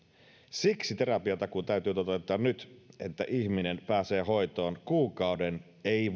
siksi terapiatakuu täytyy toteuttaa nyt jotta ihminen pääsee hoitoon kuukauden ei